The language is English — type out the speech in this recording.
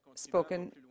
Spoken